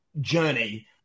journey